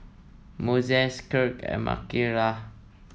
Moises Kirk and Mikalah